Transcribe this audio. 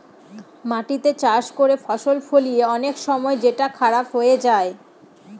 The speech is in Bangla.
মাটিতে চাষ করে ফসল ফলিয়ে অনেক সময় সেটা খারাপ হয়ে যায়